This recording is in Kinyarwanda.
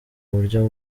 buryo